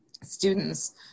students